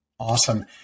Awesome